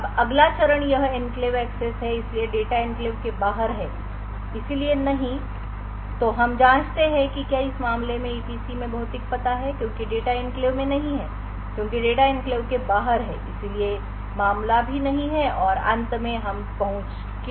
अब अगला चरण यह एन्क्लेव एक्सेस है इसलिए डेटा एन्क्लेव के बाहर है इसलिए नहीं तो हम जाँचते हैं कि क्या इस मामले में ईपीसी में भौतिक पता है क्योंकि डेटा एन्क्लेव में नहीं है क्योंकि डेटा एन्क्लेव के बाहर है इसलिए मामला भी नहीं है और अंत में हम पहुँच की अनुमति देते हैं